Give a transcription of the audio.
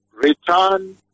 Return